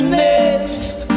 next